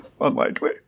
unlikely